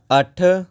ਅੱਠ